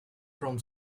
from